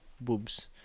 boobs